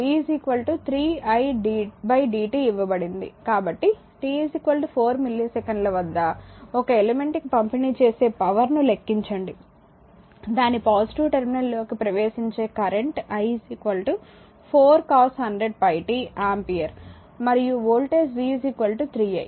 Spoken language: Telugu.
కాబట్టి t 4 మిల్లీసెకన్ల వద్ద ఒక ఎలిమెంట్ కి పంపిణీ చేసే పవర్ ను లెక్కించండి దాని పాజిటివ్ టెర్మినల్లోకి ప్రవేశించే కరెంట్ i 4 cos100πt ఆంపియర్ మరియు వోల్టేజ్ v 3 i మరియు v 3 di dt